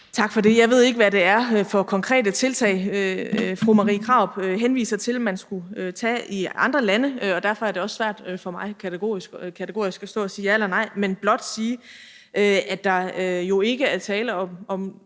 Tak for det. Jeg ved ikke, hvad det er for konkrete tiltag, fru Marie Krarup henviser til man skulle tage i andre lande, og derfor er det også svært for mig at stå her og sige kategorisk ja eller nej. Men jeg vil blot sige, at der jo ikke er tale om